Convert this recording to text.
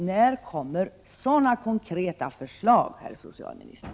När kommer sådana konkreta förslag, herr socialminister?